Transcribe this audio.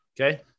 Okay